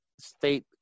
state